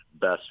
best